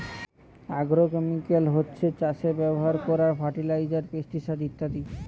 agrochemical হচ্ছে চাষে ব্যাভার কোরার ফার্টিলাইজার, পেস্টিসাইড ইত্যাদি